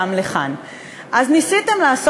ואני פונה באמת לחברי, וואו, איזה